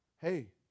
hey